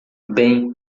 bem